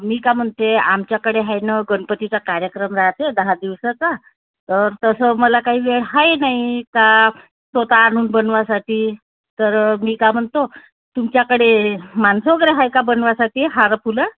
मी का म्हणते आमच्याकडे आहे नं गणपतीचा कार्यक्रम राहते दहा दिवसाचा तर तसं मला काही वेळ आहे नाही का स्वतः आणून बनवासाठी तर मी का म्हणतो तुमच्याकडे माणसं वगैरे आहे का बनवासाठी हार फुलं